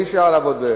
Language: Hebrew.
שאי-אפשר לעבוד בו.